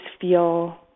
feel